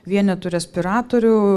vienetų respiratorių